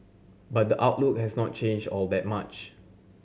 but the outlook has not changed all that much